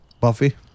Buffy